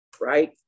right